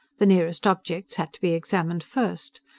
the nearest objects had to be examined first.